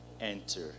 enter